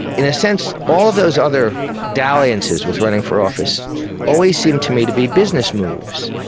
in a sense, all of those other dalliances with running for office always seemed to me to be business moves,